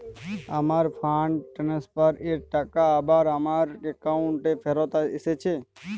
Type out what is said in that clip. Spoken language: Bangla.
আমার ফান্ড ট্রান্সফার এর টাকা আবার আমার একাউন্টে ফেরত এসেছে